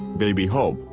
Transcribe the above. baby hope,